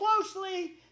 closely